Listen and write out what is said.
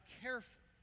careful